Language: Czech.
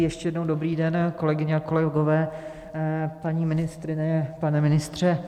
Ještě jednou dobrý den, kolegyně a kolegové, paní ministryně, pane ministře.